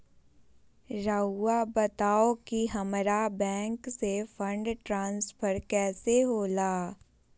राउआ बताओ कि हामारा बैंक से फंड ट्रांसफर कैसे होला?